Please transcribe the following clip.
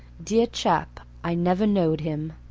dear chap! i never knowed him.